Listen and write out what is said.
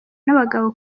n’abagabo